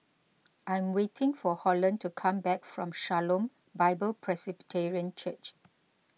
I am waiting for Holland to come back from Shalom Bible Presbyterian Church